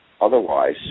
Otherwise